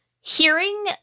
Hearing